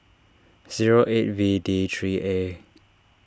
zero eight V D three A